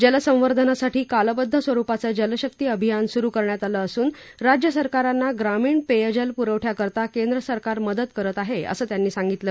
जलसंवर्धनासाठी कालबद्ध स्वरुपाचं जलशक्ती अभियान सुरू करण्यात आलं असून राज्य सरकारांना ग्रामीण पेयजल पुरवठ्याकरता केंद्र सरकार मदत करत आहे असं त्यांनी सांगितलं